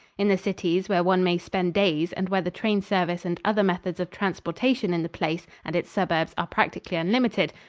in the cities, where one may spend days and where the train service and other methods of transportation in the place and its suburbs are practically unlimited,